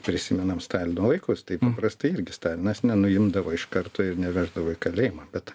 prisimenam stalino laikus taip paprastai irgi stalinas nenuimdavo iš karto ir neveždavo į kalėjimą bet